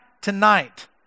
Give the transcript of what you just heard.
tonight